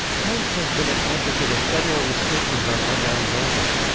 pence has been an advocate of federal restrictions on online gambling.